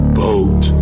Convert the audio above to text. boat